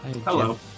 Hello